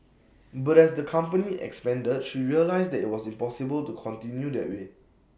but as the company expanded she realised that IT was impossible to continue that way